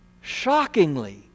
shockingly